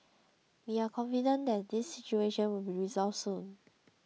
we are confident that this situation will be resolved soon